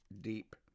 deep